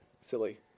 silly